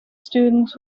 students